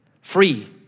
free